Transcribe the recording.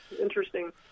interesting